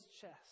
chest